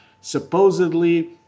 supposedly